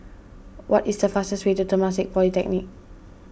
what is the fastest way to Temasek Polytechnic